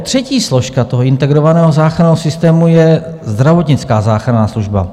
Třetí složka integrovaného záchranného systému je zdravotnická záchranná služba.